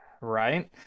Right